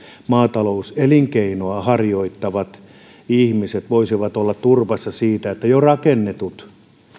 maatalouselinkeinoa harjoittavat ihmiset voisivat olla turvassa siten että jo rakennetut